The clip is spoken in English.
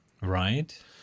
Right